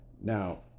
Now